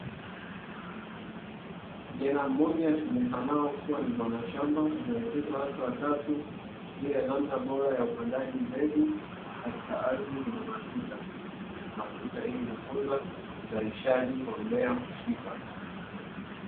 Kijana mmoja asemekanaye kuwa ni mwanashamba anaelekeza watu watatu juu ya namna bora ya upandaji mbegu katika ardhi yenye matuta, matuta yenye kukuza uzalishaji wa mmea husika.